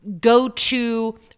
go-to